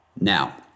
Now